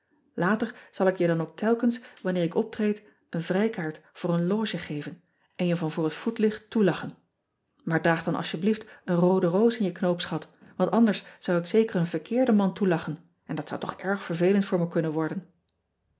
ater zal ik dan je ook telkens wanneer ik optreed een vrijkaart voor een loge geven en je van voor het voetlicht toelachen aar draag dan alsjeblieft een roode roos in je knoopsgat want anders zou ik zeker een verkeerden man toelachen en dat zou toch erg vervelend voor me kunnen worden